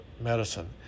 medicine